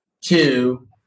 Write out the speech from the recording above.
Two